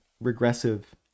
regressive